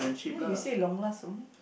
they you say long last only